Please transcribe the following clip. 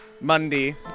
Monday